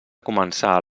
començar